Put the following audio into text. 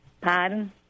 Pardon